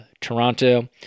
Toronto